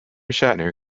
shatner